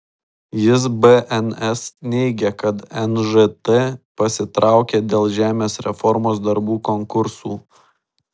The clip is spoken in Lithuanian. jis bns neigė kad iš nžt pasitraukė dėl žemės reformos darbų konkursų